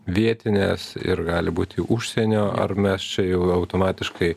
vietinės ir gali būti užsienio ar mes čia jau automatiškai